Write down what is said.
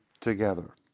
together